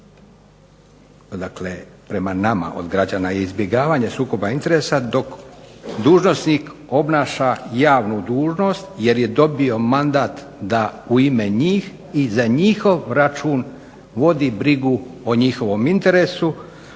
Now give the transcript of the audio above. dakle prema nama od građana je izbjegavanje sukoba interesa, dok dužnosnik obnaša javnu dužnost jer je dobio mandat da u ime njih i za njihov račun vodi brigu o njihovom interesu,